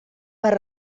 per